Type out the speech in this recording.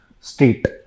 state